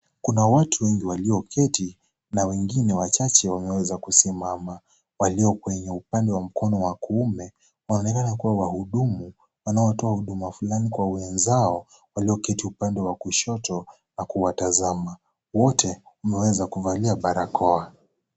Kuna watu wengi walioketi na wengine wachache wameweza kusimama, walio kwenye upande wa kuume wanaonekana kuwa wahudumu wanaotoa huduma fulani kwa wenzao walio keti kwa upande wa kushoto na kuwatazama wote wameweza kuvalia barakoa.